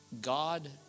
God